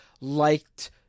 liked